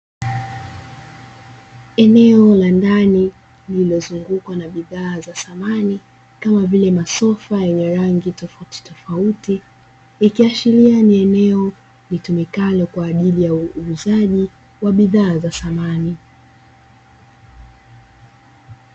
Eneo la ndani lililozungukwa na bidhaa za samani kama vile masofa yenye rangi tofautitofauti, ikiashiria ni eneo linalotumika kwa ajili ya uuzaji wa bidhaa za samani.